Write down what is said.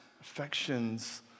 affections